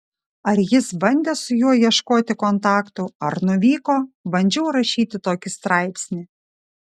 ar jis bandė su juo ieškoti kontaktų ar nuvyko bandžiau rašyti tokį straipsnį